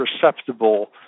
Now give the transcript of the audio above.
perceptible